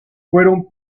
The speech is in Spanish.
fueron